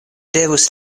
devus